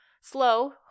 slow